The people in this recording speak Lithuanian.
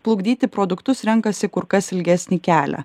plukdyti produktus renkasi kur kas ilgesnį kelią